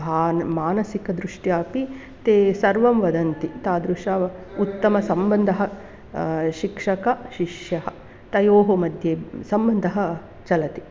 भान् मानसिकदृष्ट्या अपि ते सर्वं वदन्ति तादृशः उत्तमः सम्बन्धः शिक्षकः शिष्यः तयोर्मध्ये सम्बन्धः चलति